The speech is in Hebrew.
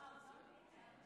בבקשה.